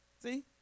See